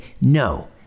no